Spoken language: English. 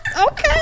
Okay